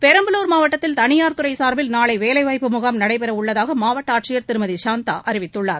பெரம்பலூர் மாவட்டத்தில் தனியார் துறை சார்பில் நாளை வேலைவாய்ப்பு முகாம் நடைபெற உள்ளதாக மாவட்ட ஆட்சியர் திருமதி சாந்தா அறிவித்துள்ளார்